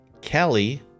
Kelly